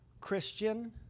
Christian